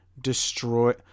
destroy